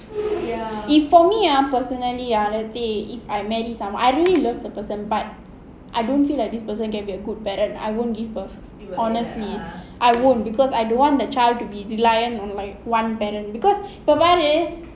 if for me ah personally ah let's say if I marry someone I really love the person but I don't feel like this person can be a good parent ah I won't give birth honestly I won't because I don't want the child to be reliant on my one parent because